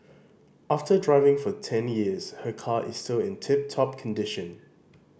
after driving for ten years her car is still in tip top condition